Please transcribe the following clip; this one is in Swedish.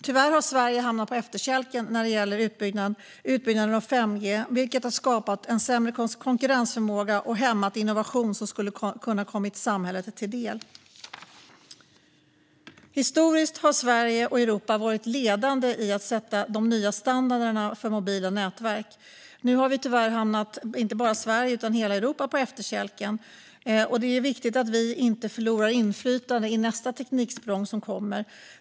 Tyvärr har Sverige hamnat på efterkälken när det gäller utbyggnaden av 5G, vilket har skapat en sämre konkurrensförmåga och hämmat innovationer som skulle ha kunnat komma samhället till del. Historiskt har Sverige och Europa varit ledande i att sätta de nya standarderna för mobila nätverk. Nu har vi, inte bara Sverige utan hela Europa, tyvärr hamnat på efterkälken, och det är viktigt att vi inte förlorar inflytande i nästa tekniksprång som kommer.